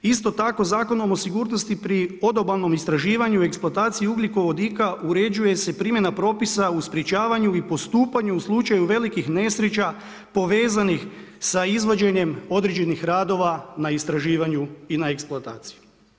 Isto tako Zakonom o sigurnosti pri odobalnom istraživanju i eksploataciji ugljikovodika uređuje se primjena propisa u sprečavanju i postupanju u slučaju velikih nesreća povezanih sa izvođenjem određenih radova na istraživanju i na eksploataciji.